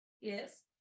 Yes